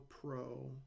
pro